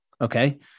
okay